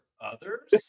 others